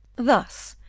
thus,